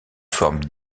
formes